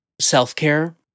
self-care